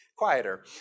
Quieter